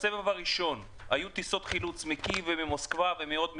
בסבב הראשון היו טיסות חילוץ מקייב וממוסקבה ומעוד מדינות,